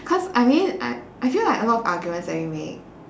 cause I mean I I feel like a lot of arguments that we make